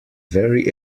very